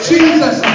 Jesus